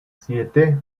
siete